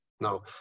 no